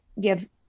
give